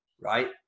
right